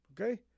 okay